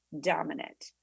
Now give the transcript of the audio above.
dominant